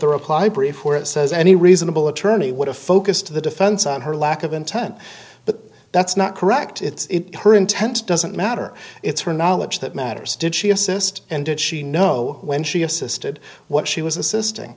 the reply brief where it says any reasonable attorney would have focused the defense on her lack of intent but that's not correct it's her intent doesn't matter it's her knowledge that matters did she assist and did she know when she assisted what she was assisting